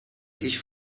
ich